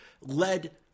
led